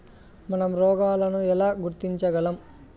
మనం రోగాలను ఎలా గుర్తించగలం?